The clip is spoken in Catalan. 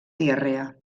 diarrea